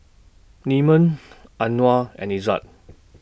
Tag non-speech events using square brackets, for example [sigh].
Leman [noise] Anuar and Izzat